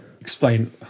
explain